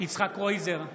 יצחק קרויזר,